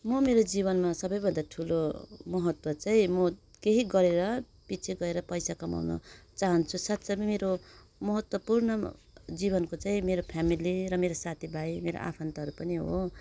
म मेरो जीवनमा सबैभन्दा ठुलो महत्त्व चाहिँ म केही गरेर पछि गएर पैसा कमाउनु चाहन्छु साँच्चै नै मेरो महत्त्वपूर्ण जीवनको चाहिँ मेरो फ्यामिली र मेरो साथीभाइ मेरो आफन्तहरू पनि हो